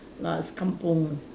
last kampung